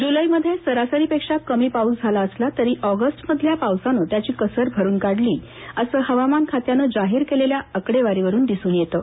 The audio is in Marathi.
जुलैत सरासरीपेक्षा कमी पाऊस झाला असला तरी ऑगस्ट मधल्या पावसानं त्याची कसर भरून काढली असं हवामान खात्यानं जाहीर केलेल्या आकडेवारीवरून दिसून येतं